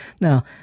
now